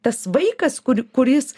tas vaikas kur kuris